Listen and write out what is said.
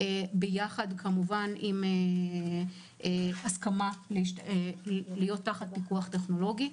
יחד עם הסכמה להיות תחת פיקוח טכנולוגי,